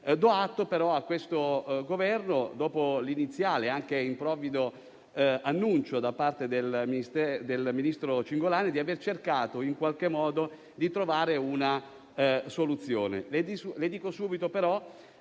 atto a questo Governo, dopo l'iniziale e anche improvvido annuncio del ministro Cingolani, di aver cercato in qualche modo di trovare una soluzione.